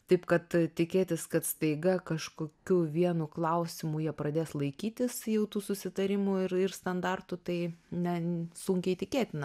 taip kad tikėtis kad staiga kažkokiu vienu klausimu jie pradės laikytis jau tų susitarimų ir ir standartų tai ne sunkiai tikėtina